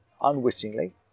unwittingly